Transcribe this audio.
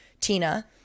Tina